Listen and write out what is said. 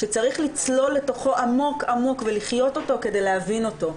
שצריך לצלול לתוכו עמוק-עמוק ולחיות אותו כדי להבין אותו.